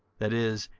that is,